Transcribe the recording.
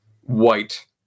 white